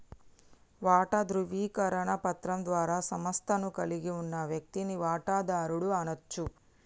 వాటా ధృవీకరణ పత్రం ద్వారా సంస్థను కలిగి ఉన్న వ్యక్తిని వాటాదారుడు అనచ్చు